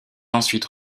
ensuite